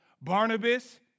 Barnabas